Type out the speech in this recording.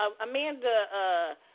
Amanda